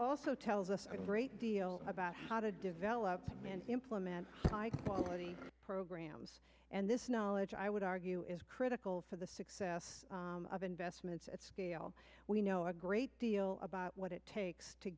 also tells us a great deal about how to develop and implement high quality programs and this knowledge i would argue is critical for the success of investments at scale we know a great deal about what it takes to